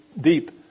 deep